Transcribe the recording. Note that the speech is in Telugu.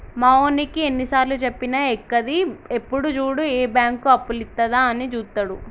మావోనికి ఎన్నిసార్లుజెప్పినా ఎక్కది, ఎప్పుడు జూడు ఏ బాంకు అప్పులిత్తదా అని జూత్తడు